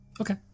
Okay